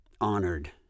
honored